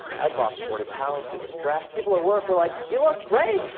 i had lost forty pounds due to stress. people at work were like, you look great.